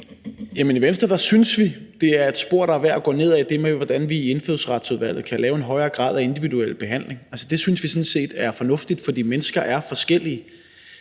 Jamen i Venstre synes vi, at det er et spor, som det er værd at gå ned ad, nemlig det her med, hvordan vi i Indfødsretsudvalget kan lave en højere grad af individuel behandling. Det synes vi sådan set er fornuftigt, fordi mennesker er forskellige.